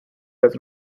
does